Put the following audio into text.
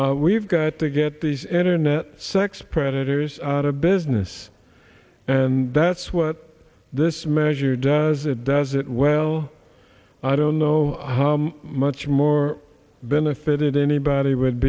disagreement we've got to get these internet sex predators out of business and that's what this measure does it does it well i don't know how much more benefited anybody would